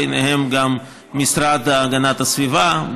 ובהם המשרד להגנת הסביבה,